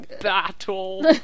battle